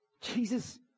Jesus